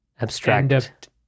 abstract